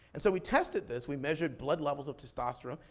and so we tested this, we measured blood levels of testosterone,